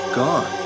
gone